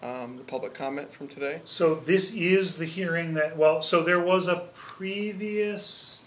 the public comment from today so this is the hearing that well so there was a previous